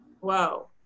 Whoa